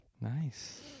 Nice